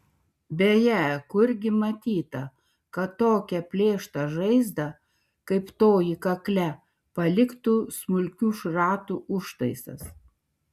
beje kurgi matyta kad tokią plėštą žaizdą kaip toji kakle paliktų smulkių šratų užtaisas